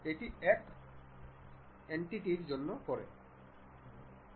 এটি এক স্বতন্ত্র এন্টিটির জন্য করে